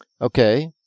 Okay